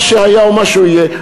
מה שהיה הוא שיהיה.